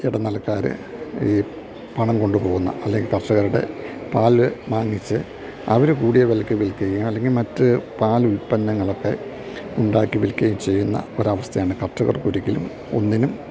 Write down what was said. ഇടനിലക്കാർ ഈ പണം കൊണ്ടു പോകുന്ന അല്ലെങ്കിൽ കർഷകരുടെ പാല് വാങ്ങിച്ച് അവർ കൂടിയ വിലക്ക് വിൽക്കുകേം അല്ലെങ്കിൽ മറ്റ് പാൽ ഉൽപ്പന്നങ്ങളൊക്കെ ഉണ്ടാക്കി വിൽക്കുകേം ചെയ്യുന്ന ഒരു അവസ്ഥയാണ് കർഷകർക്ക് ഒരിക്കലും ഒന്നിനും